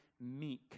meek